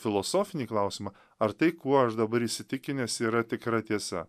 filosofinį klausimą ar tai kuo aš dabar įsitikinęs yra tikra tiesa